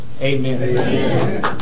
Amen